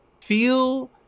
feel